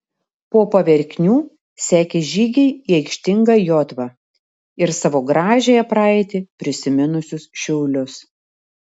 po paverknių sekė žygiai į aikštingą jotvą ir savo gražiąją praeitį prisiminusius šiaulius